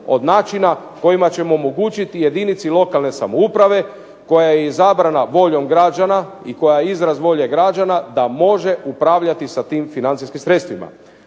od načina kojima ćemo omogućiti jedinici lokalne samouprave koja je izabrana voljom građana i koja je izraz volje građana da može upravljati sa tim financijskim sredstvima.